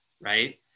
right